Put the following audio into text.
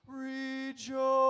rejoice